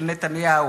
של נתניהו,